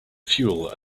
fuel